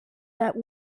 that